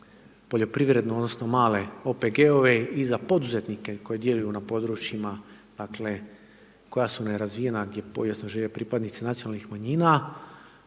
poljoprivrednu odnosno male OPG-e i za poduzetnike koji djeluju na područjima dakle koja su nerazvijena gdje povijesno žive pripadnici nacionalnih manjina.